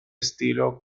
estilo